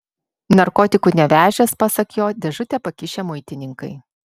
narkotikų nevežęs pasak jo dėžutę pakišę muitininkai